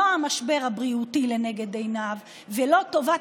לא המשבר הבריאותי לנגד עיניו ולא טובת